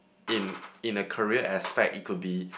in in a career aspect it could be